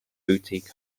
boutique